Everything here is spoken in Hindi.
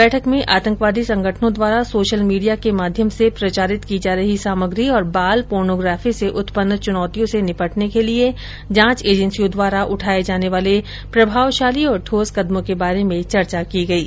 बैठक में आतंकवादी संगठनों द्वारा सोशल मीडिया के माध्यम से प्रचारित की जा रही सामग्री तथा बाल पोर्नोग्राफी से उत्पन्न चुनौतियों से निपटने के लिए जांच एजेन्सियों द्वारा उठाये जाने वाले प्रभावशाली तथा ठोस कदमों के बारे में चर्चा की गयी